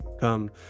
Come